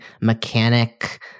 mechanic